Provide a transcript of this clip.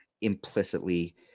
implicitly